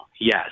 Yes